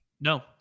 No